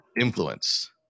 Influence